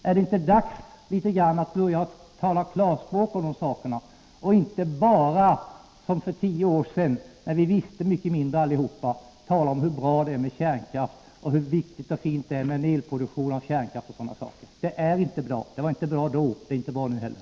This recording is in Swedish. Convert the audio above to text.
Är det inte dags att börja tala klarspråk om de sakerna i stället för att bara, som för tio år sedan när vi visste mycket mindre allihop, tala om hur bra det är med kärnkraft och om hur viktigt och hur fint det är med en elproduktion baserad på kärnkraft och sådana saker? Det var inte bra då, och det är inte bra nu heller.